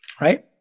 right